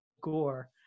Gore